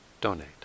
donate